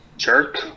jerk